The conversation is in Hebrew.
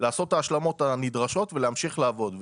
לעשות את ההשלמות הנדרשות ולהמשיך לעבוד.